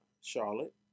Charlotte